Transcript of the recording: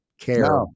care